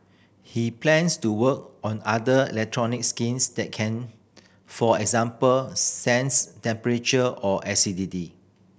he plans to work on other electronic skins that can for example sense temperature or acidity